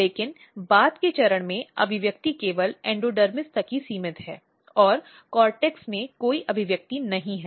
लेकिन बाद के चरण में अभिव्यक्ति केवल एंडोडर्मिस तक ही सीमित है और कोर्टेक्स में कोई अभिव्यक्ति नहीं है